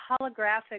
holographic